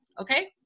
okay